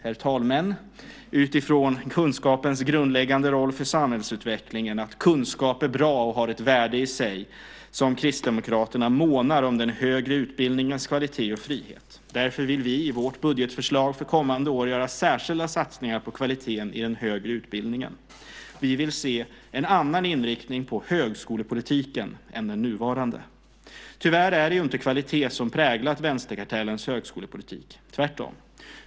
Det är utifrån kunskapens grundläggande roll för samhällsutvecklingen, att kunskap är bra och har ett värde i sig, som Kristdemokraterna månar om den högre utbildningens kvalitet och frihet. Därför vill vi i vårt budgetförslag för kommande år göra särskilda satsningar på kvaliteten i den högre utbildningen. Vi vill se en annan inriktning på högskolepolitiken än den nuvarande. Tyvärr är det inte kvalitet som präglat vänsterkartellens högskolepolitik, tvärtom.